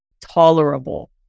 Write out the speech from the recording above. tolerable